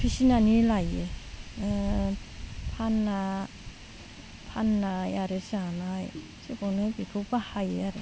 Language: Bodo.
फिसिनानै लायो फानना फाननाय आरो जानाय सोबआवनो बेखौ बाहायो आरो